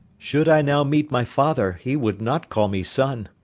should i now meet my father, he would not call me son.